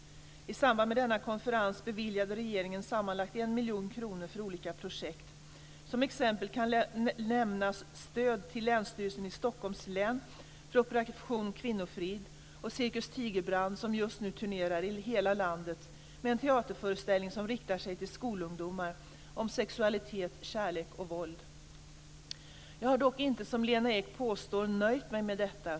I samband med denna konferens beviljade regeringen sammanlagt en miljon kronor för olika projekt. Som exempel kan nämnas stöd till länsstyrelsen i Stockholms län för Operation Kvinnofrid och Cirkus Tigerbrand som just nu turnerar i hela landet med en teaterföreställning som riktar sig till skolungdomar om sexualitet, kärlek och våld. Jag har dock inte, som Lena Ek påstår, nöjt mig med detta.